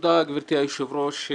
תודה גברתי היושבת ראש.